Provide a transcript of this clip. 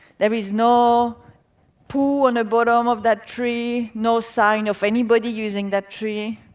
there is no poo on the bottom of that tree, no sign of anybody using that tree.